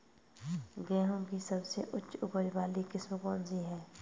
गेहूँ की सबसे उच्च उपज बाली किस्म कौनसी है?